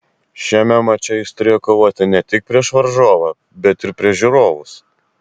šiame mače jis turėjo kovoti ne tik prieš varžovą bet ir prieš žiūrovus